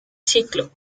ciclo